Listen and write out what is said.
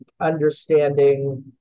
understanding